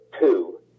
two